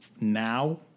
now